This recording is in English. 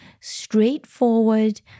straightforward